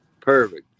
Perfect